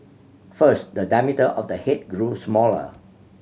first the diameter of the head grew smaller